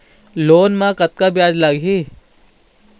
Loan म कतका ब्याज लगही?